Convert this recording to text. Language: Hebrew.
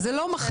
אז זה לא מחליף.